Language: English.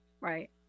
Right